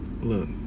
Look